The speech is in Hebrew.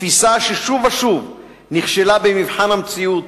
תפיסה ששוב ושוב נכשלה במבחן המציאות,